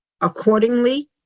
Accordingly